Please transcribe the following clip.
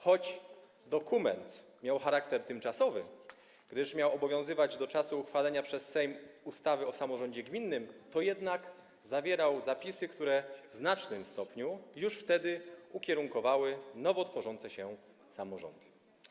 Choć dokument miał charakter tymczasowy, gdyż miał obowiązywać do czasu uchwalenia przez Sejm ustawy o samorządzie gminnym, to jednak zawierał zapisy, które w znacznym stopniu już wtedy ukierunkowały nowo tworzące się samorządy.